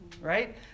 right